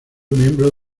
miembro